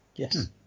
Yes